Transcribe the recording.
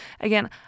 again